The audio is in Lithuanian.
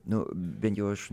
nu bent jau aš